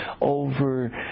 over